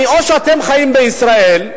או שאתם חיים בישראל,